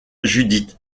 judith